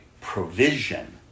provision